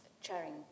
chairing